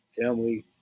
family